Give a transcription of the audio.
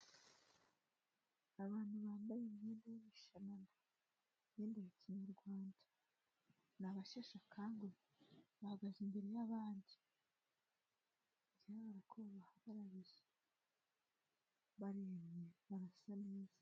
Abantu bambaye imyenda y'imishanana ni imyenda ya kinyarwanda ni abasheshekanguhe bahagaze imbere yabandi bya uko babahagarariye barasa neza.